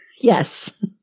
Yes